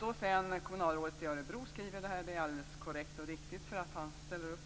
Vad kommunalrådet i Örebro skriver är korrekt och riktigt. Han ställer upp